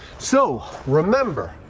so, remember,